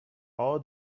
all